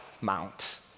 mount